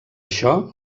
això